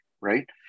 right